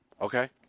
Okay